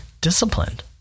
disciplined